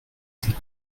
des